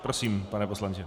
Prosím, pane poslanče.